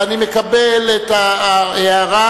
ואני מקבל את ההערה,